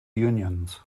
unions